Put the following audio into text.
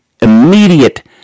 immediate